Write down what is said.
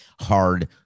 hard